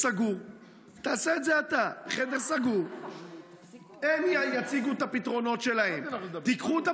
שאני קראתי אותו, שלא בדק את הפתרונות האלה.